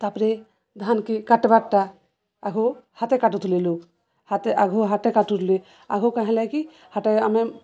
ତାପରେ ଧାନକେ କାଟବାରଟା ଆଗ ହାତେ କାଟୁଥିଲେ ଲୋଗ୍ ହାତେ ଆଘୁ ହାଟେ କାଟୁଥିଲେ ଆଘ କାହିଁ ଲ କି ହାଟା ଆମେ